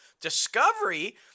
Discovery